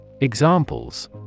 Examples